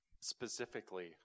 specifically